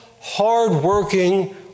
hardworking